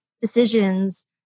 decisions